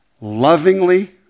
lovingly